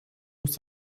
muss